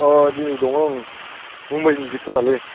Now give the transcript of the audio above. अ दिनै दङ ओं गुमैनिसो खोमालै